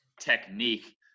technique